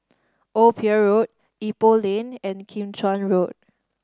Old Pier Road Ipoh Lane and Kim Chuan Road